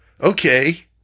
Okay